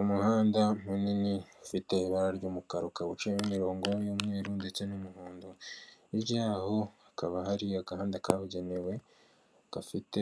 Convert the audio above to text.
Umuhanda munini ufite ibara ry'umukara ukaba ucimo imirongo y'umweru ndetse n'umuhondo hirya yaho hakaba hari agahandada kabugenewe gafite